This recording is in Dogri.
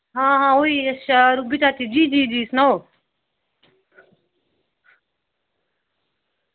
हां हा होई गेई अच्छा रूबी चाची जी जी जी सनाओ